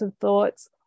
thoughts